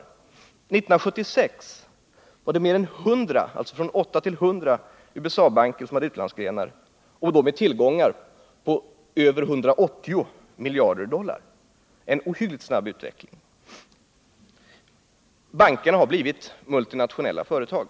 År 1976 hade mer än 100 USA-banker utlandsgrenar med tillgångar på över 180 miljarder dollar — en ohyggligt snabb utveckling. Bankerna har blivit multinationella företag.